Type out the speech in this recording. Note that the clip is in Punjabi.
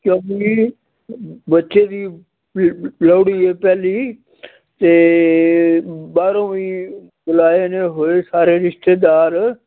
ਕਿਉਂਕਿ ਬੱਚੇ ਦੀ ਪ ਲੋਹੜੀ ਹੈ ਪਹਿਲੀ ਅਤੇ ਬਾਹਰੋਂ ਵੀ ਬੁਲਾਇਆ ਜੇ ਹੋਏ ਸਾਰੇ ਰਿਸ਼ਤੇਦਾਰ